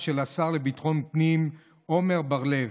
אנחנו עוברים להצבעות על הצעות האי-אמון.